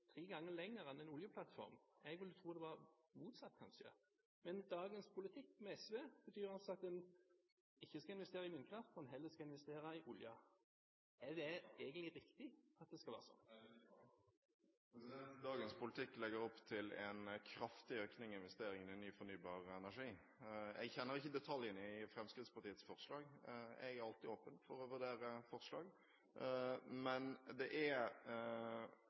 tre ganger lenger enn en oljeplattform. Jeg ville trodd at det kanskje var motsatt. Men dagens politikk – med SV – betyr at en ikke skal investere i vindkraft, en skal heller investere i olje. Er det egentlig riktig at det skal være sånn? Dagens politikk legger opp til en kraftig økning i investeringene i ny fornybar energi. Jeg kjenner ikke detaljene i Fremskrittspartiets forslag. Jeg er alltid åpen for å vurdere forslag, men det er